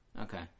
Okay